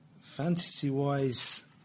Fantasy-wise